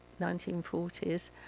1940s